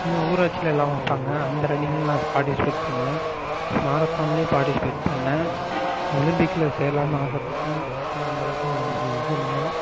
எங்கள் ஊராட்சிலெலாம் வைப்பாங்க அந்த ரன்னிங்கில் நான் பார்ட்டிசிபேட் பண்ணுவேன் மாரத்தான்லையும் பார்ட்டிசிபேட் பண்ணிணேன் ஒலிம்பிக்கில் சேரலாம்னு ஆசைப்பட்டேன் ஆனால் அந்தளவுக்கு எனக்கு இது இல்லை